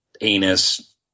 anus